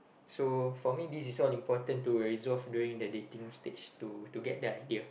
so for me this is all important to resolve during the dating stage to to get the idea